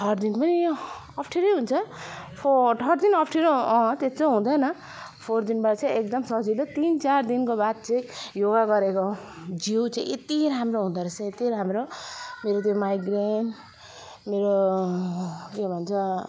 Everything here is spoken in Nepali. थर्ड दिन पनि अप्ठ्यारै हुन्छ फो थर्ड दिन अफ्ठ्यारो अँ त्यत्रो हुँदैन फोर्थ दिनबाट चाहिँ एकदम सजिलो तिन चार दिनको बाद चाहिँ योगा गरेको जिउ चाहिँ यति राम्रो हुँदो रहेछ यति राम्रो मेरो त्यो माइग्रेन मेरो के भन्छ